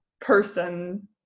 person